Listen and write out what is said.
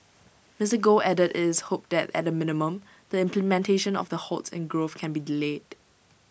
Mister Goh added is hoped that at the minimum the implementation of the halts in growth can be delayed